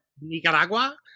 Nicaragua